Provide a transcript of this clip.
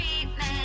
Treatment